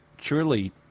surely